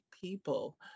people